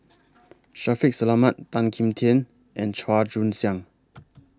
Shaffiq Selamat Tan Kim Tian and Chua Joon Siang